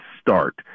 start